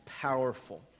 powerful